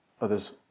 Others